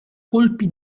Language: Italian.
colpi